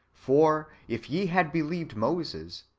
for if ye had believed moses,